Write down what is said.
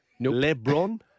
Lebron